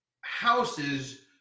houses